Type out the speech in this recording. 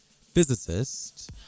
physicist